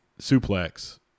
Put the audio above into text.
suplex